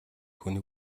хүний